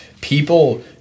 people